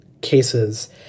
cases